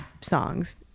songs